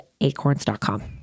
Acorns.com